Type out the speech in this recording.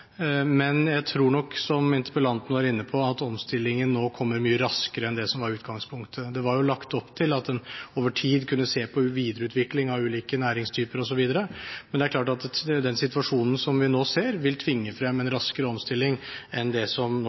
men jeg tror nok, som interpellanten var inne på, at omstillingen nå kommer mye raskere enn det som var utgangspunktet. Det var lagt opp til at en over tid kunne se på videreutvikling av ulike næringstyper osv., men det er klart at den situasjonen som vi nå ser, vil tvinge frem en raskere omstilling enn det som